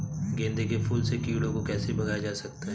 गेंदे के फूल से कीड़ों को कैसे भगाया जा सकता है?